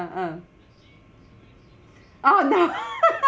ah ah oh no